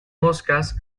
moscas